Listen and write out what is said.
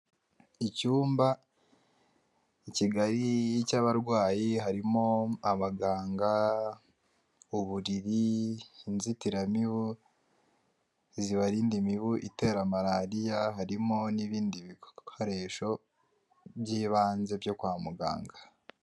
Icyumba kigari cy'abarwayi harimo abaganga, uburiri, inzitiramibu zibarinda imibu itera malariya, harimo n'ibindi bikoresho by'ibanze byo kwa muganga.